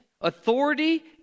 Authority